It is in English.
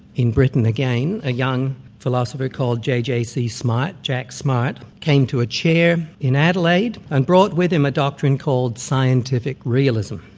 in britain again, a young philosopher called j. j. c. smart, jack smart, came to a chair in adelaide and brought with him a doctrine called scientific realism.